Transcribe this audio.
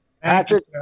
Patrick